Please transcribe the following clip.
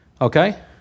okay